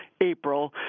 April